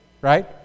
right